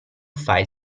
file